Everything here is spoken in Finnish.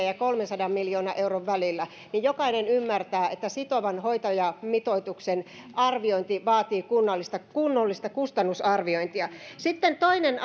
ja kolmensadan miljoonan euron välillä niin jokainen ymmärtää että sitovan hoitajamitoituksen arviointi vaatii kunnollista kunnollista kustannusarviointia sitten toinen